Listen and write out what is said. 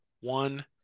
one